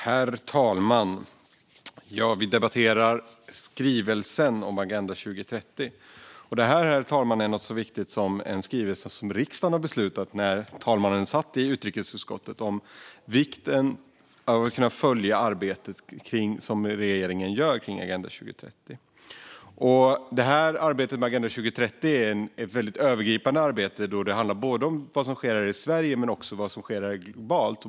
Herr talman! Vi debatterar skrivelsen om Agenda 2030. Detta, herr talman, är något så viktigt som en skrivelse som riksdagen beslutade om när herr talmannen satt i utrikesutskottet, om vikten av att kunna följa det arbete som regeringen gör kring Agenda 2030. Arbetet med Agenda 2030 är väldigt övergripande då det handlar om både vad som sker här i Sverige och vad som sker globalt.